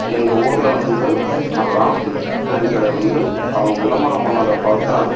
எங்கள் ஊரில் வந்து ராம் சில்க்ஸ் துணி கடை வந்து அவங்க விளம்பரம் பண்ணதை பார்த்தோம்